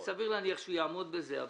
סביר להניח שהוא יעמוד בזה.